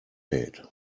hate